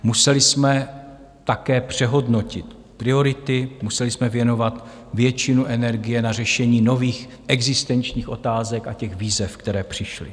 Museli jsme také přehodnotit priority, museli jsme věnovat většinu energie na řešení nových existenčních otázek a těch výzev, které přišly.